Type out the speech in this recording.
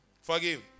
Forgive